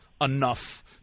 enough